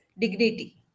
dignity